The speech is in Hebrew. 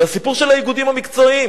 וזה הסיפור של האיגודים המקצועיים.